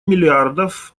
миллиардов